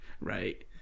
right